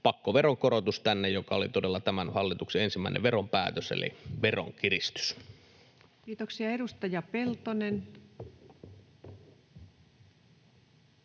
pakkoveronkorotus, joka oli todella tämän hallituksen ensimmäinen veropäätös eli veronkiristys. [Speech 151] Speaker: